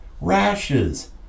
rashes